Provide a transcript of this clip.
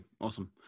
awesome